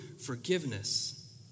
forgiveness